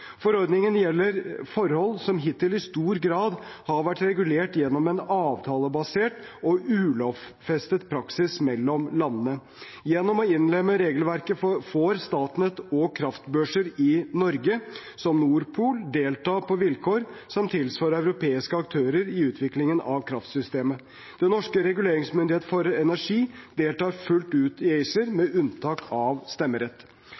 gjelder forhold som hittil i stor grad har vært regulert gjennom en avtalebasert og ulovfestet praksis mellom landene. Gjennom å innlemme regelverket får Statnett og kraftbørser i Norge, som Nord Pool, delta på vilkår som tilsvarer europeiske aktører i utviklingen av kraftsystemet. Den norske reguleringsmyndighet for energi deltar fullt ut i ACER, med unntak av stemmerett.